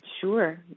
Sure